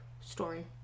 story